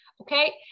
Okay